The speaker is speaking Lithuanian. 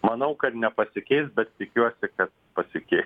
manau kad nepasikeis bet tikiuosi kad pasikeis